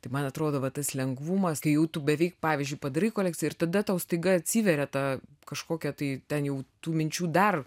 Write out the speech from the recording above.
tai man atrodo va tas lengvumas kai jau tu beveik pavyzdžiui padarai kolekciją ir tada tau staiga atsiveria ta kažkokia tai ten jau tų minčių dar